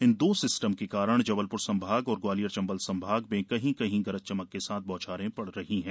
इन दो सिस्टम के कारण जबलपुर संभाग और ग्वालियर चंबल संभाग में कहीं कहीं गरज चमक के साथ बौछारें पड़ रही हैं